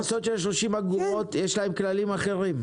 להכנסות של 30 אגורות יש כללים אחרים?